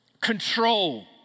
control